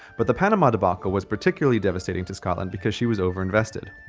but the panama debacle was particularly devastating to scotland because she was over-invested.